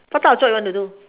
what type of job you want to do